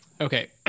okay